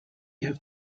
have